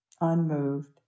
Unmoved